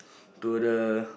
to the